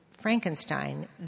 Frankenstein